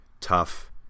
tough